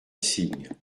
signe